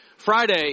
Friday